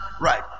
Right